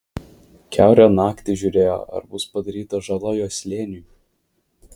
kiaurą naktį žiūrėjo ar bus padaryta žala jo slėniui